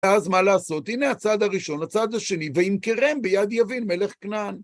ואז מה לעשות? הנה הצד הראשון, הצד השני, וימכרם ביד יבין, מלך כנען.